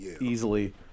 easily